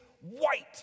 white